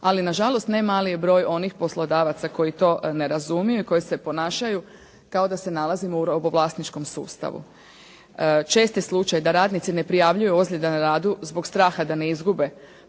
Ali na žalost ne mali je broj onih poslodavaca koji to ne razumiju i koji se ponašaju kao da se nalazimo u robovlasničkom sustavu. Čest je slučaj da radnici ne prijavljuju ozljede na radu zbog straha da ne izgube